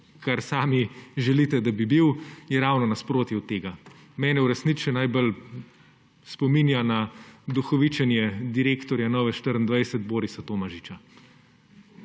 kar sami želite, da bi bili, so ravno nasprotje od tega. Mene v resnici še najbolj spominjajo na duhovičenje direktorja Nove24 Borisa Tomažiča